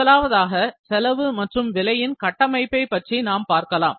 முதலாவதாக செலவு மற்றும் விலையின் கட்டமைப்பை பற்றி நாம் பார்க்கலாம்